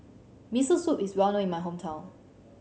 Miso Soup is well known in my hometown